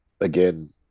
again